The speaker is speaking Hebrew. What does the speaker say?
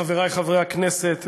חבריי חברי הכנסת,